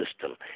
system